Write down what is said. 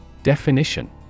Definition